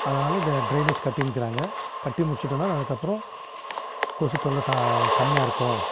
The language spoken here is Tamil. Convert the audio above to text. அதனால் டிரை டிரைனேஜ் கட்டின்னுருக்குறாங்க கட்டி முடிச்சிவிட்டோன்னா அதுக்கப்பறம் கொசு தொல்லை தான் கம்மியாக இருக்கும்